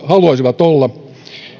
haluaisivat olla